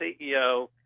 CEO